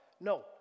No